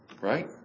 Right